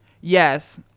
Yes